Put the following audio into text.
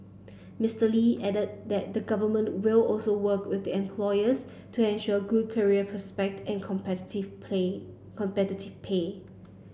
Mister Lee added that the Government will also work with employers to ensure good career prospect and play competitive pay